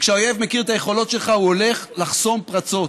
כשהאויב מכיר את היכולות שלך הוא הולך לחסום פרצות,